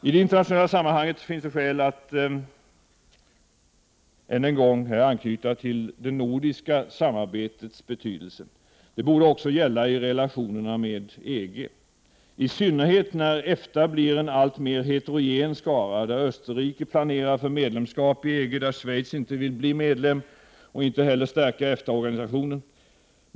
I det internationella sammanhanget finns det skäl att än en gång betona det nordiska samarbetets betydelse. Det borde också gälla i relationerna med EG, i synnerhet som EFTA blir en alltmer heterogen skara, där Österrike planerar för medlemskap i EG, där Schweiz inte vill bli medlem och inte heller stärka EFTA-organisationen.